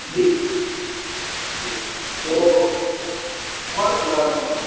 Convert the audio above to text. जी जी जी तो वन फ्लोर में